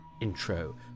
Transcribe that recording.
intro